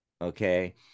Okay